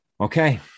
Okay